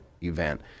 event